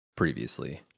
previously